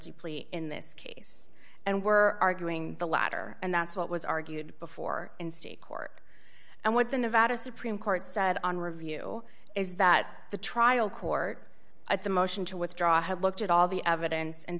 plea in this case and were arguing the latter and that's what was argued before in state court and what the nevada supreme court said on review is that the trial court at the motion to withdraw had looked at all the evidence and